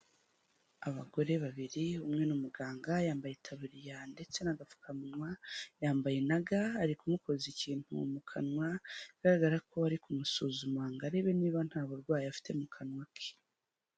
Abagore babiri umwe ni umuganga yambaye itaruriya ndetse n'agapfukamunwa, yambaye na ga, ari kumukoza ikintu mu kanwa, bigaragara ko bari kumusuzuma ngo arebe niba nta burwayi afite mu kanwa ke.